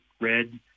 red